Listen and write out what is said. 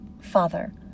Father